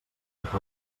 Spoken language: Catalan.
cap